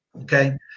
Okay